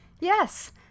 Yes